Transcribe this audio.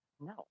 No